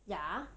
ya